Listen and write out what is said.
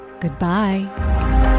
Goodbye